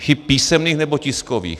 Chyb písemných nebo tiskových.